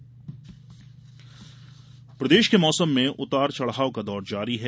मौसम प्रदेश के मौसम में उतार चढाव का दौर जारी है